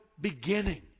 beginning